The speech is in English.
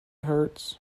hurts